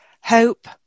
hope